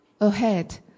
ahead